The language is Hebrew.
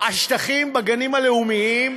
זה לא נכון, השטחים בגנים הלאומיים?